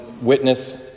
witness